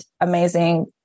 amazing